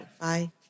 Bye